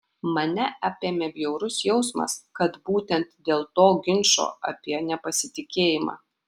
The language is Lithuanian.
mane apėmė bjaurus jausmas kad būtent dėl to ginčo apie nepasitikėjimą